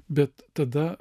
bet tada